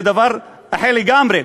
זה דבר אחר לגמרי,